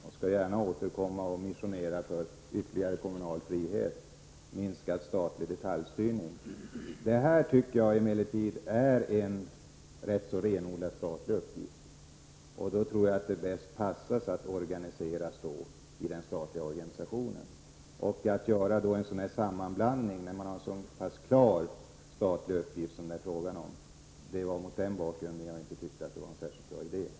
Jag skall gärna återkomma och missionera för ökad kommunal frihet och minskad statlig detaljstyrning. Fördelningen av allmänna arvsfondens medel tycker jag emellertid är en renodlat statlig uppgift. Det passar att inlemma den i den statliga organisationen. Att med en så pass tydlig statlig uppgift som det här är frågan om göra en sammanblandning är inte någon särskilt bra idé.